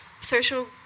social